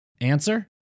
Answer